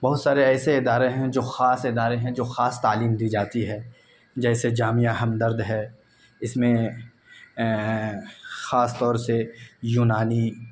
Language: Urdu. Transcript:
بہت سارے ایسے ادارے ہیں جو خاص ادارے ہیں جو خاص تعلیم دی جاتی ہے جیسے جامعہ ہمدرد ہے اس میں خاص طور سے یونانی